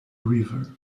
river